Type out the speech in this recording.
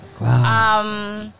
Wow